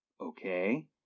okay